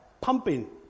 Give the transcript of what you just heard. pumping